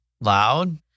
loud